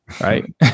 Right